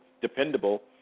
dependable